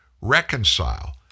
reconcile